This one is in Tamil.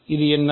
இது என்ன